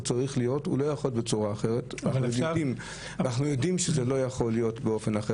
אנחנו יודעים שזה לא יכול להיות באופן אחר,